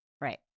right